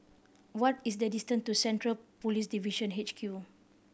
what is the distant e to Central Police Division H Q